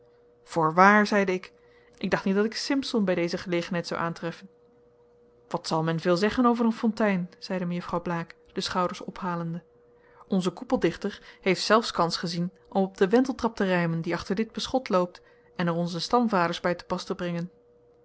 voorwaar zeide ik ik dacht niet dat ik simson bij deze gelegenheid zou aantreffen wat zal men veel zeggen over een fontein zeide mejuffrouw blaek de schouders ophalende onze koepeldichter heeft zelfs kans gezien om op de wenteltrap te rijmen die achter dit beschot loopt en er onze stamvaders bij te pas te brengen